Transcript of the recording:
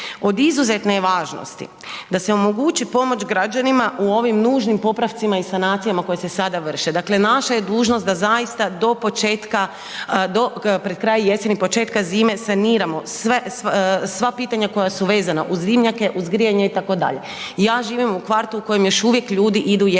od izuzetne je važnosti da se omogući pomoć građanima u ovim nužnim popravcima i sanacijama koje se sada vrše, dakle naša je dužnost da zaista do početka, do pred kraj jeseni i početka zime saniramo sve, sva pitanja koja su vezana uz dimnjake, uz grijanje itd. Ja živim u kvartu u kojem još uvijek ljudi idu jedni kod